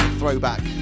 throwback